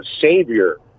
savior